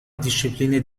discipline